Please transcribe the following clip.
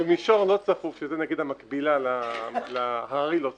במישור לא צפוף, שזה המקביל להררי לא צפוף,